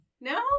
No